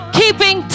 keeping